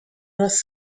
ross